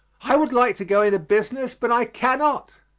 i would like to go into business, but i cannot.